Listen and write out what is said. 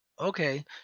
Okay